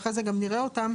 ואחרי זה גם נראה אותן